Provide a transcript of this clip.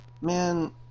man